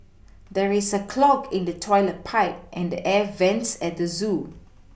there is a clog in the toilet pipe and the air vents at the zoo